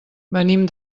venim